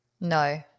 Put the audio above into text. No